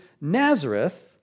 Nazareth